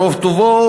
ברוב טובו,